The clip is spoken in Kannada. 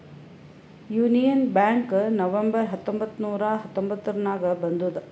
ಯೂನಿಯನ್ ಬ್ಯಾಂಕ್ ನವೆಂಬರ್ ಹತ್ತೊಂಬತ್ತ್ ನೂರಾ ಹತೊಂಬತ್ತುರ್ನಾಗ್ ಬಂದುದ್